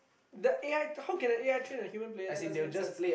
the A_I how can the A_I train the human player that doesn't make sense